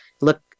look